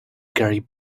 gary